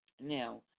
now